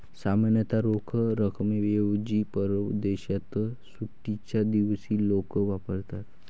सामान्यतः रोख रकमेऐवजी परदेशात सुट्टीच्या दिवशी लोक वापरतात